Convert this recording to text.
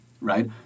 right